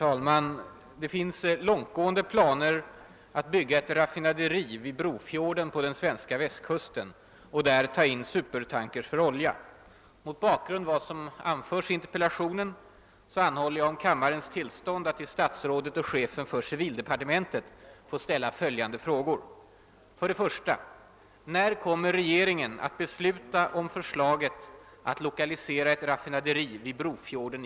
Herr talman! Långtgående planer finns att bygga ett raffinaderi vid Brofjorden på den svenska västkusten och där ta in supertankers för olja. Sjöfartsverket har nyligen gjort s.k. inseglingsprov med ett par stora tankfartyg, och OK:s planer på raffinaderi i området har hunnit långt. Vissa uppgifter säger att regeringen kommer att fatta beslut i ärendet redan under hösten 1970. Det borde vara självklart att lokalisering av oljeindustri i värdefulla och ömtåliga kustområden inte får improviseras fram utan vara led i en långsiktig riksplan som öppet redovisas.